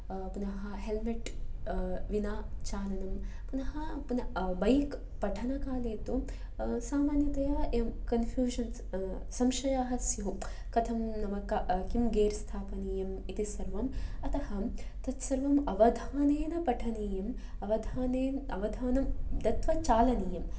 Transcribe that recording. पुनः हेल्मेट् विना चालनं पुनः पुनः बैक् पठनकाले तु सामान्यतया एवं कन्फ्यूशन् संशयाः स्युः कथं नाम किं गियर् स्थापनीयम् इति सर्वम् अतः तत् सर्वम् अवधानेन पठनीयम् अवधानेन अवधानं दत्वा चालनीयम्